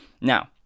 Now